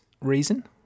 reason